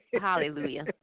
hallelujah